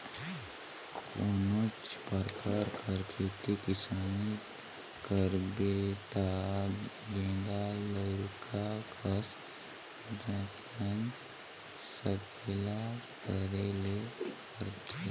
कोनोच परकार कर खेती किसानी करबे ता गेदा लरिका कस जतन संकेला करे ले परथे